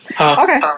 Okay